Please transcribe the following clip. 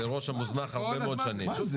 זה אירוע שמוזנח הרבה מאוד שנים.